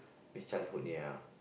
miss childhood ya